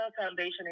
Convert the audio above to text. foundation